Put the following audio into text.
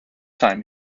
time